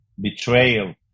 betrayal